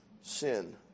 sin